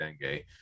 dengue